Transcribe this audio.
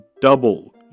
double